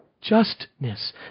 justness